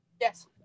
Yes